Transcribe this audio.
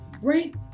Break